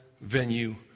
venue